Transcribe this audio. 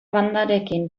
bandarekin